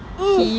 ugh